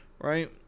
Right